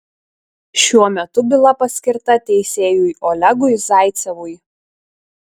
šiuo metu byla paskirta teisėjui olegui zaicevui